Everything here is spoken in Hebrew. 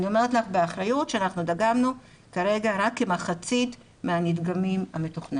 אני אומרת לך באחריות שאנחנו דגמנו כרגע רק כמחצית מהנדגמים המתוכננים.